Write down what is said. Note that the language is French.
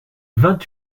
vingt